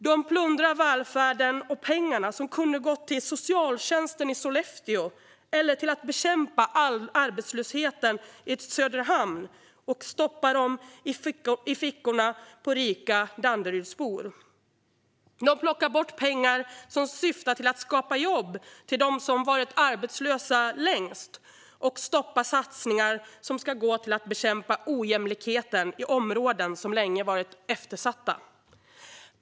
De plundrar välfärden, och pengarna som kunde ha gått till socialtjänsten i Sollefteå eller till att bekämpa arbetslösheten i Söderhamn försvinner ned i fickorna på rika Danderydsbor. De plockar bort pengar som syftar till att skapa jobb för dem som varit arbetslösa längst och stoppar satsningar som ska gå till att bekämpa ojämlikheten i områden som länge har varit eftersatta.